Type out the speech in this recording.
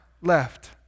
left